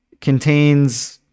contains